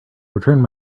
returned